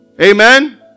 Amen